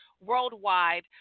worldwide